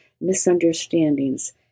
misunderstandings